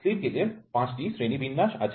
slip gauge এর পাঁচটি শ্রেণী বিন্যাস আছে